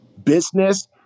business